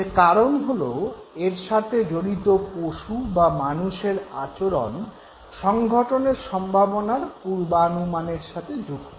এর কারন হল এর সাথে জড়িত পশু বা মানুষের আচরণ সংঘটনের সম্ভাবনার পূর্বানুমানের সাথে যুক্ত